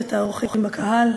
שלושת האורחים בקהל,